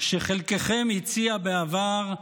שחלקכם הציעו בעבר,